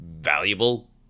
valuable